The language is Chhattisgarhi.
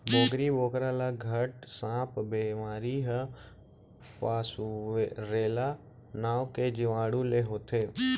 बोकरी बोकरा ल घट सांप बेमारी ह पास्वरेला नांव के जीवाणु ले होथे